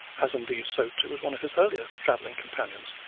as indeed so too was one of his earlier travelling companions,